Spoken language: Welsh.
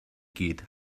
gyd